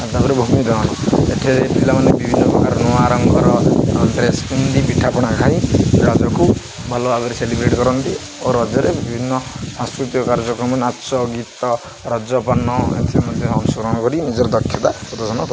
ଆଉ ତା'ପରେ ଭୂମିଦହନ ଏଠାରେ ପିଲାମାନେ ବିଭିନ୍ନ ପ୍ରକାର ନୂଆ ରଙ୍ଗର ଫ୍ରେସ୍ ପିନ୍ଧି ପିଠାପଣା ଖାଇ ରଜକୁ ଭଲ ଭାବରେ ସେଲିବ୍ରେଟ୍ କରନ୍ତି ଓ ରଜରେ ବିଭିନ୍ନ ସାଂସ୍କୃତିକ କାର୍ଯ୍ୟକ୍ରମ ନାଚ ଗୀତ ରଜପାନ ଏମିତି ମଧ୍ୟ ଅଂଶ ଗ୍ରହଣ କରି ନିଜର ଦକ୍ଷତା ପ୍ରଦର୍ଶନ କରନ୍ତି